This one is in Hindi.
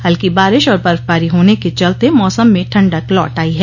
हल्की बारिश और बर्फबारी होने के चलते मौसम में ठण्डक लौट आई है